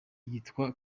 yitwa